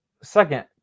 Second